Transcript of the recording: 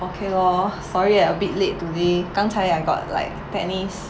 okay lor sorry eh a bit late today 刚才 I got like tennis